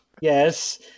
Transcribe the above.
yes